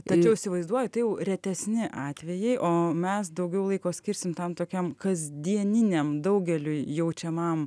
tačiau įsivaizduoju tai retesni atvejai o mes daugiau laiko skirsim tam tokiam kasdieniniam daugeliui jaučiamam